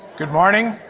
good morning